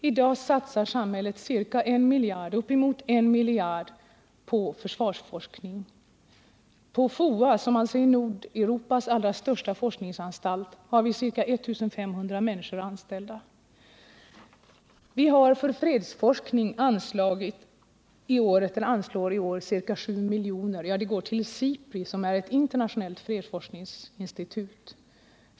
I dag satsar samhället uppemot 1 miljard kronor på försvarsforskning. På FOA, som alltså är Nordeuropas allra största forskningsanstalt, har vi ca 1 500 människor anställda. Vi anslår för fredsforskning i år ca 7 milj.kr. till SIPRI, som är ett internationellt fredsforskningsinstitut.